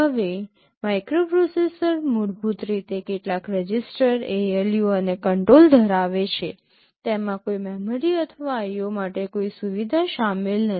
હવે માઇક્રોપ્રોસેસર મૂળભૂત રીતે કેટલાક રજિસ્ટર ALU અને કંટ્રોલ ધરાવે છે તેમાં કોઈ મેમરી અથવા IO માટે કોઈ સુવિધા શામેલ નથી